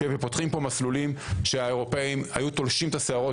ופותחים פה מסלולים שהאירופאים הוי תולשים את השערות